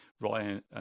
Ryan